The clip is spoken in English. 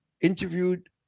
interviewed